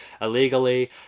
illegally